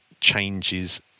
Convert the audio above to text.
changes